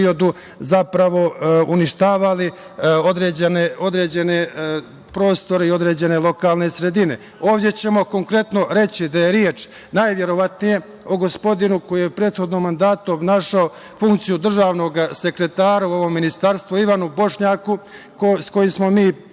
zapravo uništavali određene prostore i određene lokalne sredine. Ovde ćemo konkretno reći da je reč najverovatnije o gospodinu koji je u prethodnom mandatu našao funkciju državnog sekretara u ovom ministarstvu, Ivanu Bošnjaku sa kojim smo jako